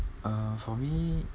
uh for me